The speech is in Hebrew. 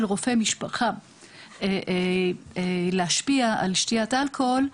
רופא משפחה להשפיע על שתיית אלכוהול,